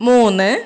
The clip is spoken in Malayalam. മൂന്ന്